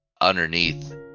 underneath